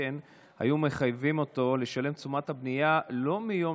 למשתכן היו מחייבים אותו לשלם תשומת בנייה לא מהיום